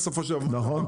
נכון.